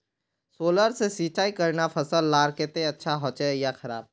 Solar से सिंचाई करना फसल लार केते अच्छा होचे या खराब?